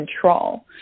control